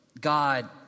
God